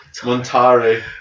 Montari